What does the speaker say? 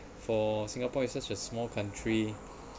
for singapore is such a small country